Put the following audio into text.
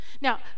Now